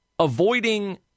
Avoiding